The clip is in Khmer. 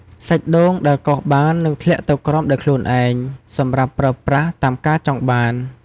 សាច់ដូងដែលកោសបាននឹងធ្លាក់ទៅក្រោមដោយខ្លួនឯង សម្រាប់ប្រើប្រាស់តាមការចង់បាន។